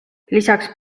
lisaks